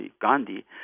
Gandhi